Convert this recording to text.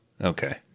Okay